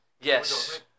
Yes